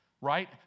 right